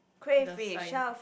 the sign